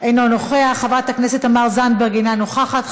אינו נוכח, חברת הכנסת תמר זנדברג, אינה נוכחת.